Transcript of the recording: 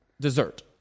dessert